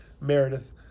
Meredith